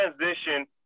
transition